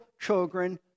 children